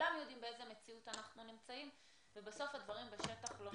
כולם יודעים באיזה מציאות אנחנו נמצאים ובסוף בשטח הדברים לא מתקתקים.